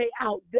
out